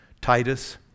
Titus